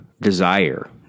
desire